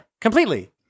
completely